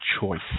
choice